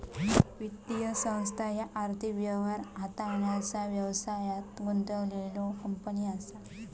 वित्तीय संस्था ह्या आर्थिक व्यवहार हाताळण्याचा व्यवसायात गुंतलेल्यो कंपनी असा